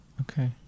Okay